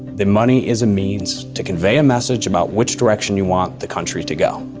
the money is a means to convey a message about which direction you want the country to go.